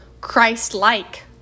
Christ-like